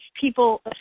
people